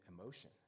emotion